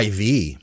IV